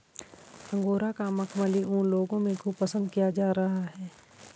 angora का मखमली ऊन लोगों में खूब पसंद किया जा रहा है